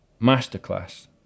masterclass